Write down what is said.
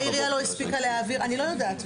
העירייה לא הספיקה להעביר וכולי.